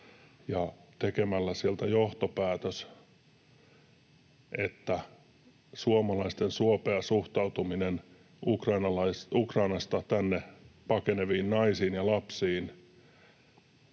ja sieltä johtopäätöksen tekeminen, että suomalaisten suopea suhtautuminen Ukrainasta tänne pakeneviin naisiin ja lapsiin